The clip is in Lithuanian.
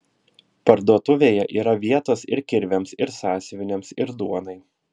parduotuvėje yra vietos ir kirviams ir sąsiuviniams ir duonai